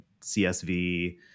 CSV